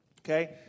Okay